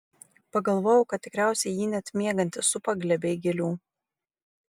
pagalvojau kad tikriausiai jį net miegantį supa glėbiai gėlių